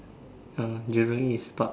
oh Jurong east Park